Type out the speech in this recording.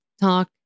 talk